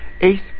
eighth